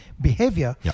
behavior